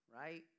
right